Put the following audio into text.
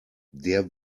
der